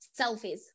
selfies